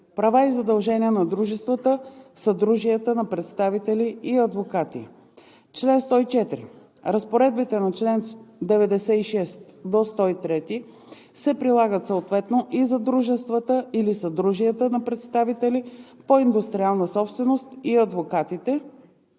Права и задължения на дружествата/съдружията на представители и адвокати Чл. 104. Разпоредбите на чл. 96-103 се прилагат съответно и за дружествата или съдружията на представители по индустриална собственост и адвокатите,